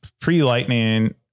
pre-lightning